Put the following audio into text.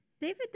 David